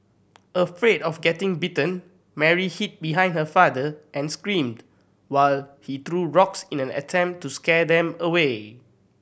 afraid of getting bitten Mary hid behind her father and screamed while he threw rocks in an attempt to scare them away